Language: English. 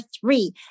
three